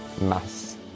mass